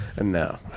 No